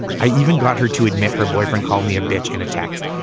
i even got her to admit her boyfriend called me a bitch in a text.